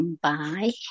Bye